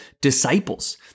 disciples